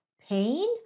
pain